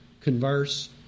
converse